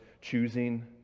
choosing